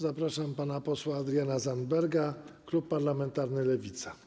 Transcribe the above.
Zapraszam pana posła Adriana Zandberga, klub parlamentarny Lewica.